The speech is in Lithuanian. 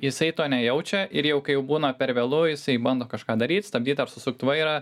jisai to nejaučia ir jau kai jau būna per vėlu jisai bando kažką daryt stabdyt ar susukt vairą